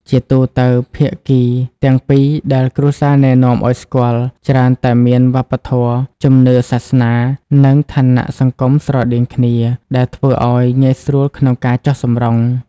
ជាទូទៅ ភាគីទាំងពីរដែលគ្រួសារណែនាំឱ្យស្គាល់ ច្រើនតែមានតម្លៃវប្បធម៌ ជំនឿសាសនា និងឋានៈសង្គមស្រដៀងគ្នា ដែលធ្វើឱ្យងាយស្រួលក្នុងការចុះសម្រុង។